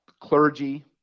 clergy